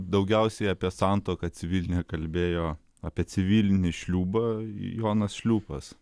daugiausiai apie santuoką civilinę kalbėjo apie civilinį šliūbą jonas šliūpas